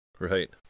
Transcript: Right